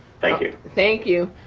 thank you. thank you.